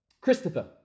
Christopher